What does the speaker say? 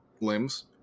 limbs